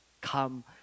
Come